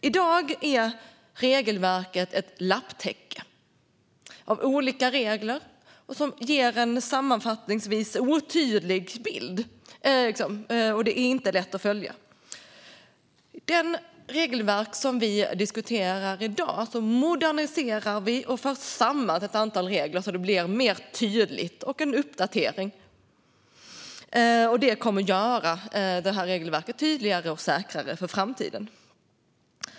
I dag är regelverket ett lapptäcke av olika regler som ger en sammanfattningsvis otydlig bild som inte är lätt att följa. En ny reglering för tjänstepensionsföretag Med det regelverk som vi diskuterar i dag moderniserar vi och för samman ett antal regler så att det blir mer tydligt och de får en uppdatering. Det kommer att göra regelverket tydligare och säkrare för framtiden.